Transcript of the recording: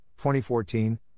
2014